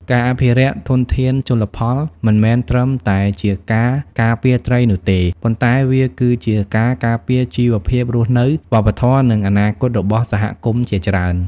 ការអភិរក្សធនធានជលផលមិនមែនត្រឹមតែជាការការពារត្រីនោះទេ ប៉ុន្តែវាគឺជាការការពារជីវភាពរស់នៅ វប្បធម៌ និងអនាគតរបស់សហគមន៍ជាច្រើន។